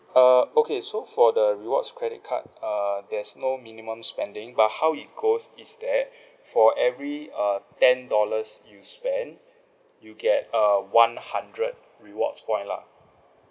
err okay so for the rewards credit card err there's no minimum spending but how it goes is that for every uh ten dollars you spend you get err one hundred rewards point lah